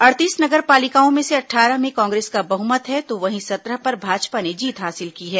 अड़तीस नगर पालिकाओं में से अट्ठारह में कांग्रेस का बहुमत है तो वहीं सत्रह पर भाजपा ने जीत हासिल की है